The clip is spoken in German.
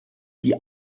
die